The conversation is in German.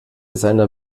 seiner